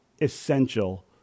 essential